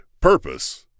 Purpose